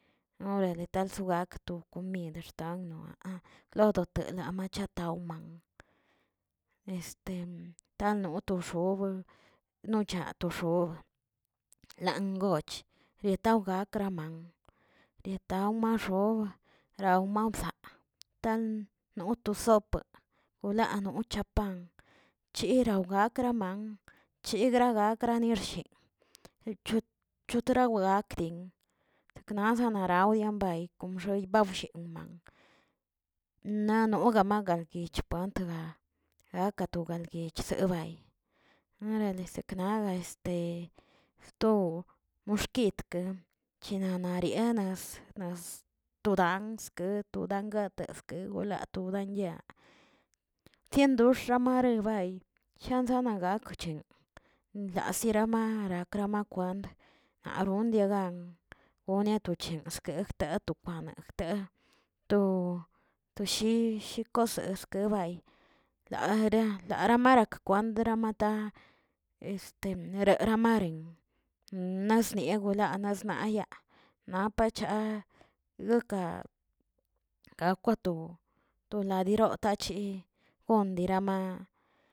Orale tal sgak tu komid xtanwaa, klodote lamachat awman, tanoto xob nocha to xob, lan goch retrawgak graman dietam maxob rawma bzaa, tan not to sop, wlaa no chapan, chira gakwra man chigrakani xshe, chot- choteragakwin zaknaza naranbieaꞌ kon bxeyin ba wllemaꞌa na nogachi pankteba aga ka to guelguich sefua orale seknaga este sto moxkit kwe cheriemarienas nas todans todakat eske golat todañina siendoxaꞌa marebay ziangana gakchwche, daazirama nakramakwand naron diagan, gone tocheg skeꞌg latokwane jteg, totoshi koseskebay lare laramarakkway ramata este renrena maren nasniena golan smayaa napacha gaka gakwa to toladiro tachi gondirama.